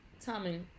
Tommy